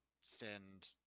send